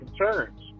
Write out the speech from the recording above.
concerns